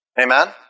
Amen